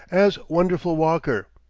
as wonderful walker.